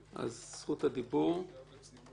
בבקשה.